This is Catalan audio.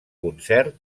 concert